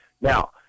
Now